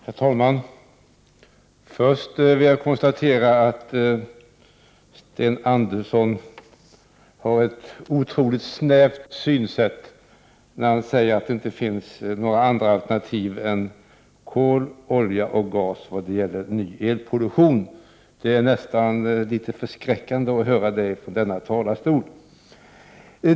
Herr talman! Först vill jag konstatera att Sten Andersson i Malmö har ett otroligt snävt synsätt. Han säger nämligen att det inte finns andra alternativ än kol, olja och gas för ny elproduktion. Det är nästan litet förskräckande att höra sådant från denna talarstol.